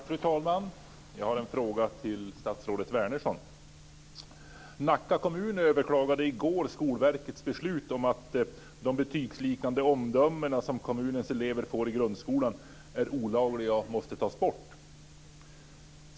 Fru talman! Jag har en fråga till statsrådet Wärnersson. Nacka kommun överklagade i går Skolverkets beslut om att de betygsliknande omdömena som kommunens elever får i grundskolan är olagliga och måste tas bort.